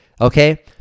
okay